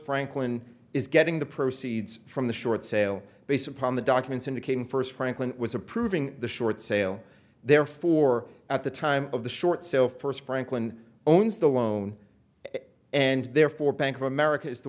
franklin is getting the proceeds from the short sale based upon the documents indicating first franklin was approving the short sale therefore at the time of the short sale first franklin owns the loan and therefore bank of america is the